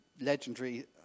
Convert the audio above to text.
legendary